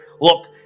Look